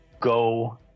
go